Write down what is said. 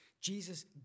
Jesus